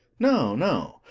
no, no,